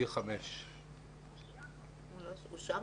אני חושב שגם